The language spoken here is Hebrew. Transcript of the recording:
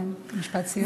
משפט סיום.